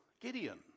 Gideon